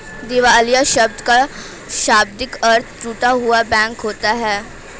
दिवालिया शब्द का शाब्दिक अर्थ टूटा हुआ बैंक होता है